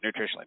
nutritionally